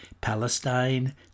Palestine